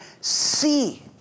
see